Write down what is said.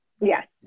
yes